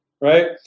right